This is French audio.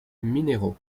mineiro